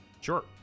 Sure